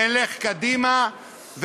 נלך קדימה,